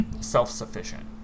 self-sufficient